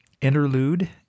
interlude